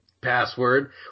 password